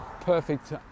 perfect